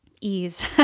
ease